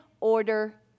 order